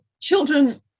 children